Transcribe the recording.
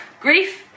grief